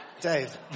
Dave